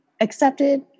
accepted